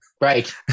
right